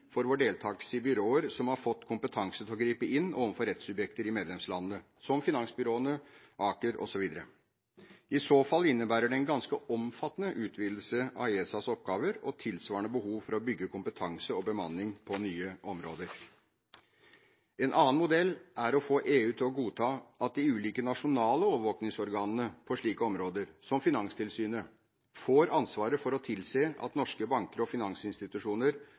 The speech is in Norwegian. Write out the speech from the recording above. for vår deltakelse i byråer som har fått kompetanse til å gripe inn overfor rettssubjekter i medlemslandene, som finansbyråene, ACER osv. I så fall innebærer det en ganske omfattende utvidelse av ESAs oppgaver og tilsvarende behov for å bygge kompetanse og bemanning på nye områder. En annen mulig modell er å få EU til å godta at de ulike nasjonale overvåkingsorganene på slike områder, som Finanstilsynet, får ansvaret for å tilse at norske banker og finansinstitusjoner